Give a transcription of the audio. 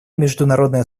международное